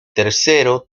tercero